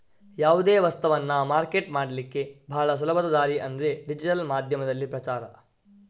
ಯಾವುದೇ ವಸ್ತವನ್ನ ಮಾರ್ಕೆಟ್ ಮಾಡ್ಲಿಕ್ಕೆ ಭಾಳ ಸುಲಭದ ದಾರಿ ಅಂದ್ರೆ ಡಿಜಿಟಲ್ ಮಾಧ್ಯಮದಲ್ಲಿ ಪ್ರಚಾರ